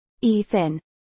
Ethan